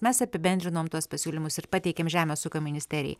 mes apibendrinom tuos pasiūlymus ir pateikėm žemės ūkio ministerijai